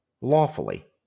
lawfully